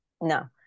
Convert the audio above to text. No